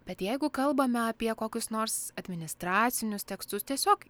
bet jeigu kalbame apie kokius nors administracinius tekstus tiesiog